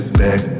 back